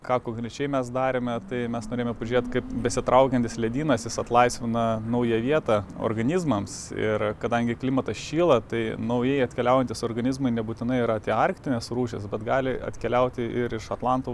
ką konkrečiai mes darėme tai mes norėjome pažiūrėt kaip besitraukiantis ledynas jis atlaisvina naują vietą organizmams ir kadangi klimatas šyla tai naujai atkeliaujantys organizmai nebūtinai yra tie arktinės rūšies bet gali atkeliauti ir iš atlanto